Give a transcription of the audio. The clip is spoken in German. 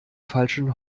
falschen